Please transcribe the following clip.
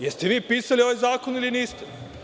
Jeste li vi pisali ovaj zakon ili niste?